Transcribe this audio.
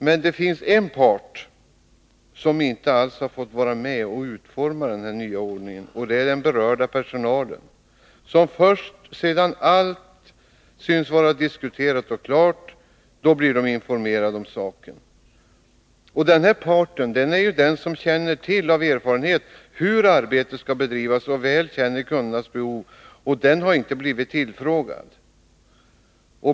Det finns emellertid en part som inte alls har fått vara med om att utforma den nya ordningen, och det är den berörda personalen. Först sedan allt syns vara slutdiskuterat och klart har personalen blivit informerad. Den part som av erfarenhet vet hur arbetet bör bedrivas och väl känner till kundernas behov har alltså inte blivit tillfrågad.